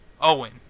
Owen